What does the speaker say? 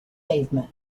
pavement